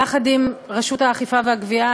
יחד עם רשות האכיפה והגבייה,